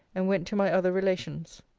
and went to my other relations.